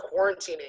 quarantining